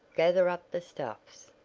gather up the stuffs.